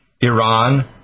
Iran